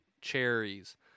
cherries